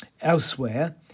Elsewhere